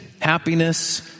happiness